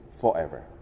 forever